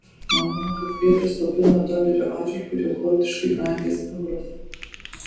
manoma kad plėtrą slopina dolerio atžvilgiu rekordiškai brangęs euras